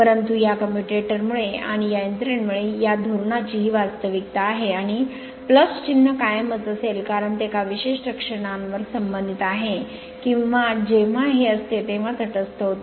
परंतु या कम्युएटर मुळे आणि या यंत्रणेमुळे या धोरणाची ही वास्तविकता आहे आणि चिन्ह कायमच असेल कारण ते एका विशिष्ट क्षणावर संबंधित आहे की जेव्हा हे असते तेव्हा तटस्थ होते